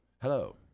hello